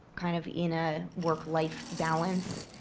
kind of, in a work life balance.